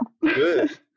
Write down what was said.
Good